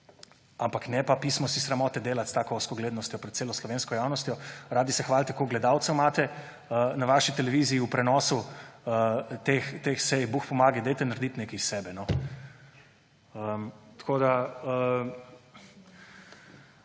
ampak ne pa – pismo! – si sramote delati s tako ozkoglednostjo pred celo slovensko javnostjo. Radi se hvalite, koliko gledalcev imate na vaši televiziji v prenosu teh sej. Bog pomagaj, dajte narediti nekaj iz sebe, no! Tako